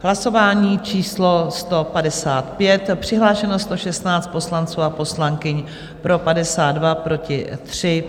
Hlasování číslo 155, přihlášeno 116 poslanců a poslankyň, pro 52, proti 3.